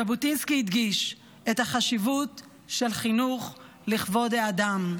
ז'בוטינסקי הדגיש את החשיבות של חינוך לכבוד האדם,